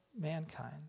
mankind